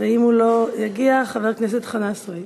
אם הוא לא יגיע, חבר הכנסת חנא סוייד.